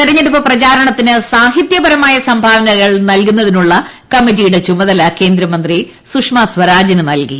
തെരഞ്ഞെടുപ്പ് പ്രചാരണത്തിന് സാഹിത്യപരമായ സംഭാവനകൾ നൽകുന്നതിനുള്ള കമ്മിറ്റിയുടെ ചുമതല കേന്ദ്രമന്ത്രി സുഷമാ സ്വരാജിന് നൽകി